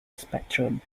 spectrum